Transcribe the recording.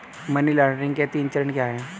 Money laundering के तीन चरण क्या हैं?